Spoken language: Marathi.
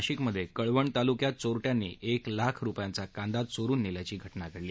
नाशिकमध्ये कळवण तालुक्यात चोरट्यांनी एक लाख रूपयांचा कांदा चोरून नेल्याची घटना घडली